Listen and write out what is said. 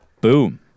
Boom